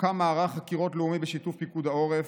הוקם מערך חקירות לאומי’ בשיתוף פיקוד העורף,